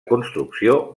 construcció